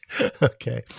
Okay